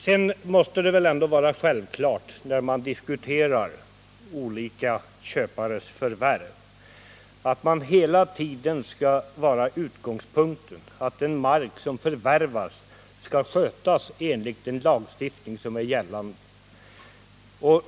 Sedan måste det väl ändå vara självklart, när man diskuterar olika köpares förvärv, att utgångspunkten hela tiden skall vara att den mark som förvärvas skall skötas enligt gällande lagstiftning.